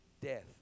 death